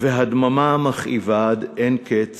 והדממה המכאיבה עד אין קץ